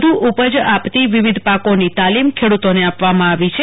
વધુ ઉપજ આપતી વિવિધ પાકોની તાલીમ ખેડ્તોને આપવાામાં આવી છે